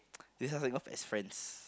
they starting off as friends